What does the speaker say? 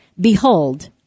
Behold